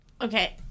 okay